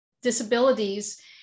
disabilities